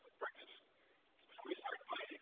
practice. so we start by